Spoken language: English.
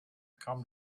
come